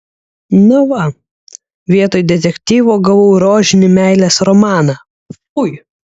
na va vietoj detektyvo gavau rožinį meilės romaną fui